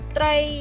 try